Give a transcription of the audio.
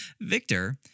Victor